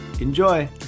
Enjoy